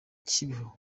kibeho